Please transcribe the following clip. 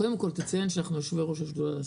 קודם כל תציין שאנחנו יושבי ראש השדולה לעסקים קטנים.